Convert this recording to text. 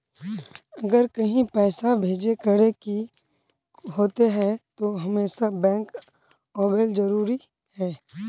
अगर कहीं पैसा भेजे करे के होते है तो हमेशा बैंक आबेले जरूरी है?